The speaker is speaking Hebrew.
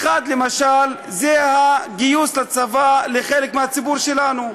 האחד, למשל, זה הגיוס לצבא, לחלק מהציבור שלנו.